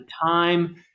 time